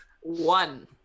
One